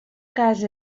casa